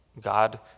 God